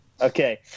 okay